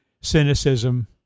cynicism